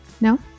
No